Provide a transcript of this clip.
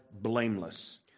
blameless